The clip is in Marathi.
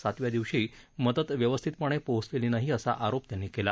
सातव्या दिवशीही मदत व्यवस्थितपणे पोचलेली नाही असा आरोप त्यांनी केला